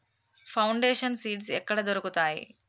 Foundation seeds ఎక్కడ దొరుకుతాయి?